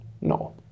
No